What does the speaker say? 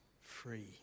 free